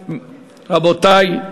אם כן, רבותי,